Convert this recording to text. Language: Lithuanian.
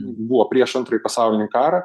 buvo prieš antrąjį pasaulinį karą